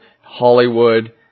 Hollywood